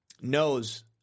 knows